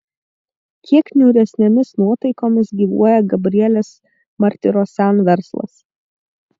kiek niūresnėmis nuotaikomis gyvuoja gabrielės martirosian verslas